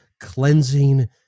cleansing